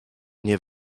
nie